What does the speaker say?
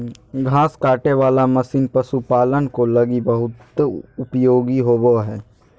घास काटे वाला मशीन पशुपालको लगी बहुत उपयोगी होबो हइ